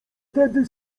tedy